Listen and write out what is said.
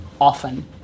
often